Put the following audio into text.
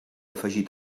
afegir